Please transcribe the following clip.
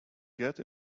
get